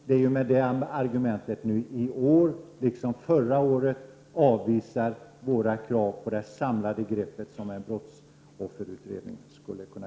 Det är ju med detta argument som ni i år liksom förra året avvisar våra krav på det samlade grepp som en brottsofferutredning skulle kunna